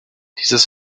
dieses